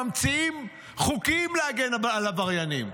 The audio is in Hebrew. ממציאים חוקים להגן על עבריינים.